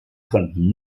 konnten